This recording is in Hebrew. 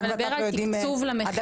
להשכלה גבוהה --- זה תקצוב ספציפי?